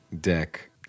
deck